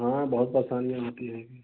हाँ बहुत परेशानियाँ होती हैगी